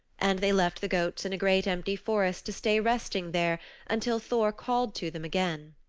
and they left the goats in a great, empty forest to stay resting there until thor called to them again.